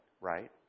right